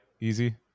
Easy